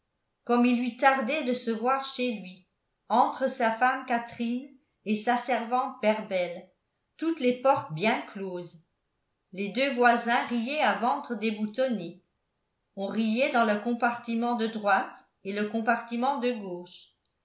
comme il lui tardait de se voir chez lui entre sa femme catherine et sa servante berbel toutes les portes bien closes les deux voisins riaient à ventre déboutonné on riait dans le compartiment de droite et le compartiment de gauche